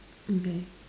okay